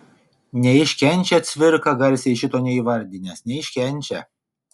neiškenčia cvirka šito garsiai neįvardinęs neiškenčia